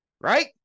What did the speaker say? Right